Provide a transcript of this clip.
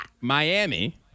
Miami